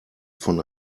von